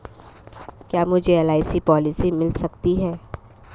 क्या मुझे LIC policy मिल सकती है?